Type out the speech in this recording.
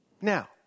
Now